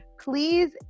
please